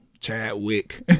Chadwick